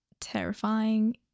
terrifying